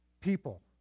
people